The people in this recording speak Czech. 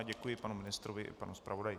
Děkuji panu ministrovi i panu zpravodaji.